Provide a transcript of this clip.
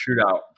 shootout